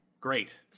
Great